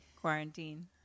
quarantine